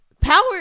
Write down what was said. power